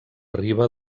riba